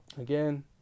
again